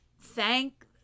thank